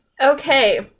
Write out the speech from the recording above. Okay